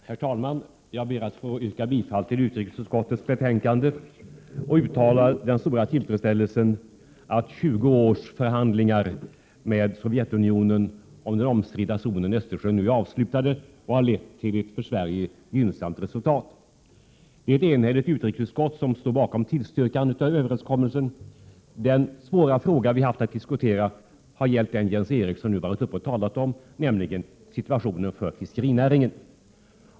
Herr talman! Jag ber att få yrka bifall till hemställan i utrikesutskottets betänkande och uttala min stora tillfredsställelse över att 20 års förhandlingar med Sovjetunionen om den omstridda zonen i Östersjön nu är avslutade och att de har lett till ett för Sverige gynnsamt resultat. Det är ett enhälligt utrikesutskott som står bakom tillstyrkandet av överenskommelsen. Den svåra fråga som vi har haft att diskutera har varit den som Jens Eriksson nu har talat om, nämligen situationen för fiskerinäringen.